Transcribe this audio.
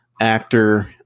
actor